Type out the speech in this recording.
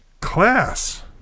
Class